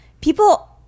people